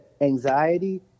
anxiety